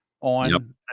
on